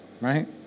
Right